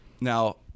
now